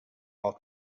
while